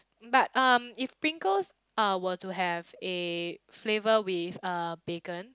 but um if Pringles uh were to have a flavour with uh bacon